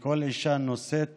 שכל אישה נושאת